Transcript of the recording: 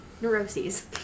neuroses